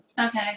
Okay